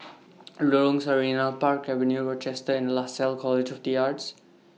Lorong Sarina Park Avenue Rochester and Lasalle College of The Arts